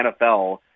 NFL